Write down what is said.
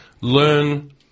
Learn